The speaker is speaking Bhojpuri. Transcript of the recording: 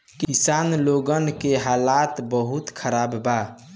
किसान लोगन के हालात बहुत खराब बा